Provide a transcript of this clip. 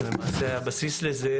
שלמעשה היה הבסיס לזה,